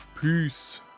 peace